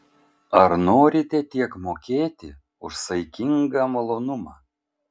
ar norite tiek mokėti už saikingą malonumą